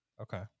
Okay